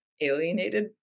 alienated